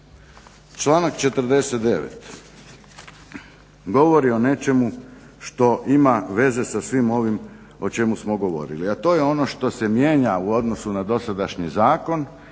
Članak 49. govori o nečemu što ima veze sa svim ovim o čemu ste govorili, a to je ono što se mijenja u odnosu na dosadašnji zakon